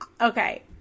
okay